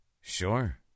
sure